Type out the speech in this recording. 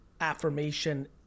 affirmation